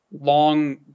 long